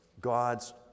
God's